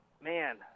man